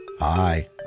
Hi